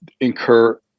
incur